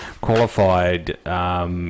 qualified